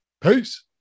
Peace